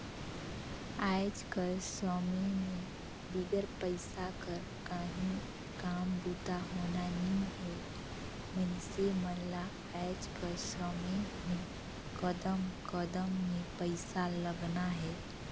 आएज कर समे में बिगर पइसा कर काहीं काम बूता होना नी हे मइनसे मन ल आएज कर समे में कदम कदम में पइसा लगना हे